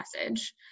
message